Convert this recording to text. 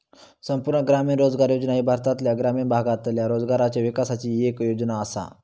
संपूर्ण ग्रामीण रोजगार योजना ही भारतातल्या ग्रामीण भागातल्या रोजगाराच्या विकासाची येक योजना आसा